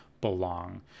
belong